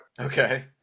Okay